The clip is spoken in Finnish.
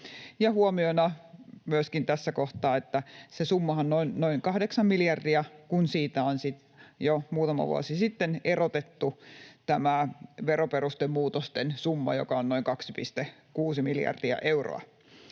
huomiona myöskin tässä kohtaa, että se summahan on noin 8 miljardia, kun siitä on jo muutama vuosi sitten erotettu veroperustemuutosten summa, joka on noin 2,6 miljardia euroa.